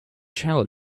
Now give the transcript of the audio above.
child